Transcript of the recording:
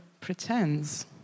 pretends